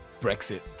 Brexit